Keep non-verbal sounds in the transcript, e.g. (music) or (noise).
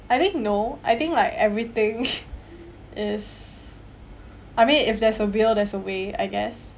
I think no I think like everything (laughs) is I mean if there's a will there's a way I guess